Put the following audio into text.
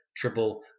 triple